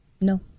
no